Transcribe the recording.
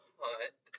hunt